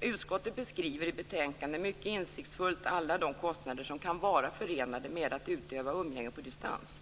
Utskottet beskriver i betänkandet mycket insiktsfullt alla de kostnader som kan vara förenade med att utöva umgänge på distans.